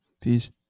Peace